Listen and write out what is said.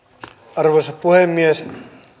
arvoisa puhemies